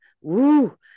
Woo